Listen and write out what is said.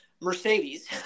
Mercedes